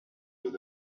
with